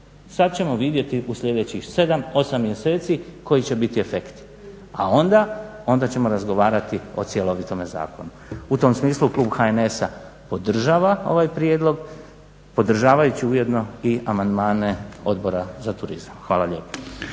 Sada ćemo vidjeti u sljedećih 7, 8 mjeseci koji će biti efekti, a onda onda ćemo razgovarati o cjelovitome zakonu. U tom smislu klub HNS-a podržava ovaj prijedlog, podržavajući ujedno i amandmane Odbora za turizam. Hvala lijepo.